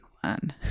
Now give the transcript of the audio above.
one